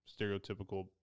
stereotypical